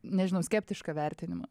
nežinau skeptišką vertinimą